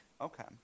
Okay